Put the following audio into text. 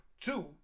two